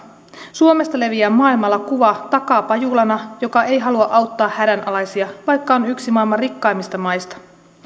suomesta leviää maailmalla kuva takapajulana joka ei halua auttaa hädänalaisia vaikka on yksi maailman rikkaimmista maista